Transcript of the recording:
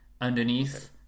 underneath